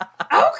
Okay